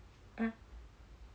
uh